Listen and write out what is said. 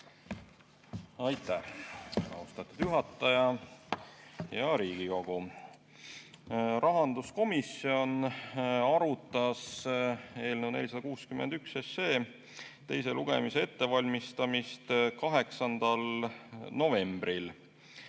Aitäh, austatud juhataja! Hea Riigikogu! Rahanduskomisjon arutas eelnõu 461 teise lugemise ettevalmistamist 8. novembril.